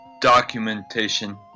documentation